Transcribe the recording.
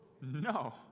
no